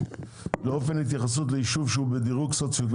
אופן התייחסות ליישוב הוא בדירוג סוציו יותר